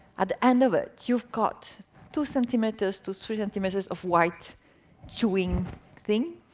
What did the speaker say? at the end of it, you've got two centimeters to three centimeters of white chewing thing.